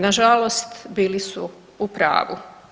Nažalost, bili su u pravu.